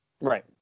Right